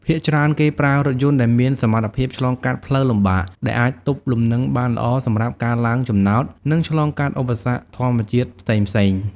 ភាគច្រើនគេប្រើរថយន្តដែលមានសមត្ថភាពឆ្លងកាត់ផ្លូវលំបាក ដើម្បីអាចទប់លំនឹងបានល្អសម្រាប់ការឡើងចំណោត និងឆ្លងកាត់ឧបសគ្គធម្មជាតិផ្សេងៗ។